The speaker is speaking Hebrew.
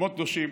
מקומות קדושים,